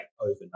overnight